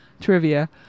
trivia